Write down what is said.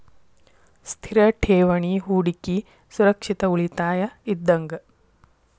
ಸ್ಥಿರ ಠೇವಣಿ ಹೂಡಕಿ ಸುರಕ್ಷಿತ ಉಳಿತಾಯ ಇದ್ದಂಗ